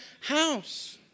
house